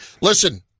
listen